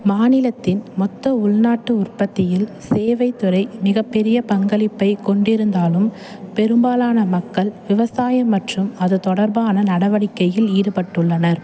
மாநிலத்தின் மொத்த உள்நாட்டு உற்பத்தியில் சேவைத் துறை மிகப்பெரிய பங்களிப்பைக் கொண்டிருந்தாலும் பெரும்பாலான மக்கள் விவசாயம் மற்றும் அது தொடர்பான நடவடிக்கையில் ஈடுபட்டுள்ளனர்